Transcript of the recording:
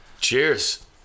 Cheers